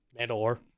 Mandalore